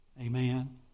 Amen